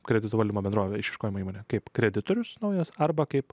kredito valdymo bendrovė išieškojimo įmonė kaip kreditorius naujas arba kaip